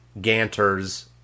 Ganter's